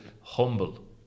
humble